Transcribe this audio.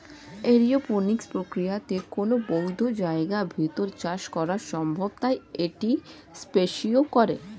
aeroponics প্রক্রিয়াতে কোনো বদ্ধ জায়গার ভেতর চাষ করা সম্ভব তাই এটি স্পেসেও করে